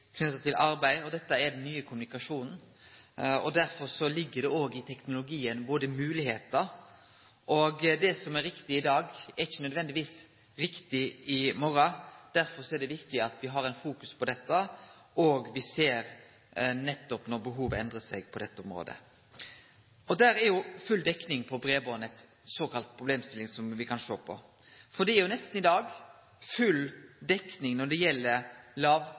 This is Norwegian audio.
til arbeid, og dette er den nye kommunikasjonsforma. Derfor ligg det i teknologien moglegheiter, og det som er riktig i dag, er ikkje nødvendigvis riktig i morgon. Derfor er det viktig at me har fokus på dette, og at me nettopp ser når behovet endrar seg på dette området – og der er jo full dekning av breiband ei såkalla problemstilling me kan sjå på. Det er nesten full dekning i dag når det gjeld